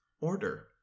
order